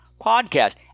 podcast